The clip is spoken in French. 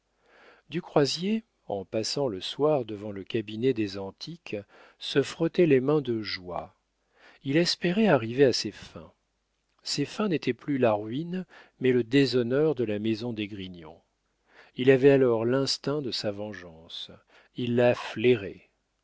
du croisier en passant le soir devant le cabinet des antiques se frottait les mains de joie il espérait arriver à ses fins ses fins n'étaient plus la ruine mais le déshonneur de la maison d'esgrignon il avait alors l'instinct de sa vengeance il la flairait